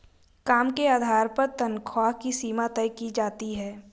काम के आधार पर तन्ख्वाह की सीमा तय की जाती है